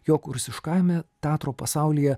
jog rusiškajame teatro pasaulyje